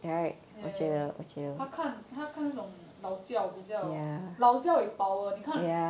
他看他看那种劳教比较劳教 with power 你看